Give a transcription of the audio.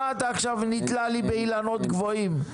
מה אתה עכשיו נתלה לי באילנות גבוהים.